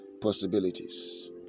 possibilities